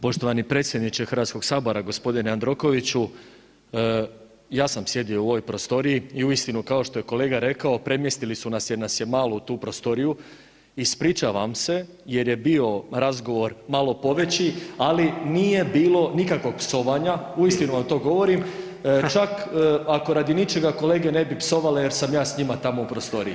Poštovani predsjedniče Hrvatskog sabora, gospodine Jandrokoviću ja sam sjedio u ovoj prostoriji i uistinu kao što je kolega rekao premjestili su nas jer nas je malo u tu prostoriju, ispričavam se jer je bio razgovor malo poveći, ali nije bilo nikakvog psovanja, uistinu vam to govorim, čak ako radi ničega kolege ne bi psovale jer sam ja s njima tamo u prostoriji.